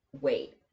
wait